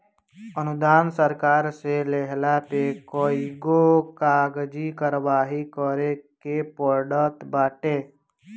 अनुदान सरकार से लेहला पे कईगो कागजी कारवाही करे के पड़त बाटे